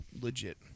Legit